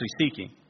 seeking